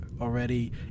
already